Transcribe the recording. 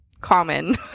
common